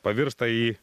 pavirsta į